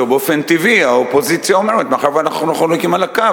ובאופן טבעי האופוזיציה אומרת: מאחר שאנחנו חלוקים על הקו,